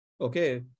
okay